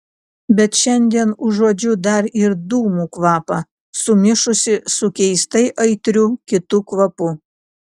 bet šiandien užuodžiu dar ir dūmų kvapą sumišusį su keistai aitriu kitu kvapu